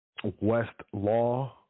Westlaw